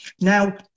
Now